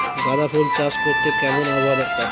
গাঁদাফুল চাষ করতে কেমন আবহাওয়া দরকার?